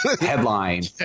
Headline